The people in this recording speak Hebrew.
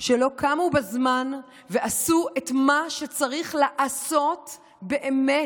שלא קמו בזמן ועשו את מה שצריך לעשות באמת,